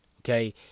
Okay